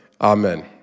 Amen